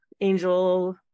Angel